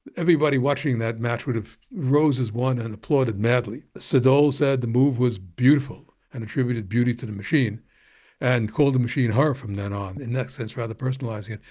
everybody watching that match would have risen as one and applauded madly. se-dol said the move was beautiful and attributed beauty to the machine and called the machine her from then on, in that sense rather personalising it.